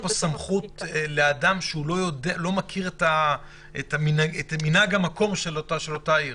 --- אבל נותנים פה סמכות לאדם שלא מכיר את מנהג המקום של אותה עיר.